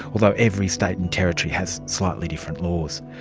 although every state and territory has slightly different laws.